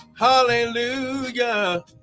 Hallelujah